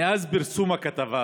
מאז פרסום הכתבה